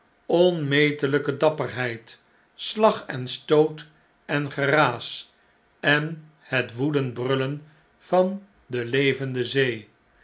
onmeteiyke dapperheid slag en stoot en geraas en het woedend brullen van de levende in